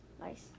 Nice